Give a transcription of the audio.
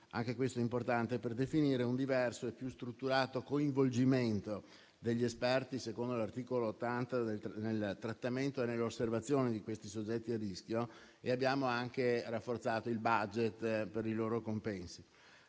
anche questo è importante - per definire un diverso e più strutturato coinvolgimento degli esperti, secondo l'articolo 80, nel trattamento e nell'osservazione di questi soggetti a rischio, e abbiamo anche rafforzato il *budget* per i loro compensi.